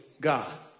God